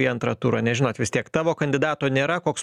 į antrą turą nes žinot vis tiek tavo kandidato nėra koks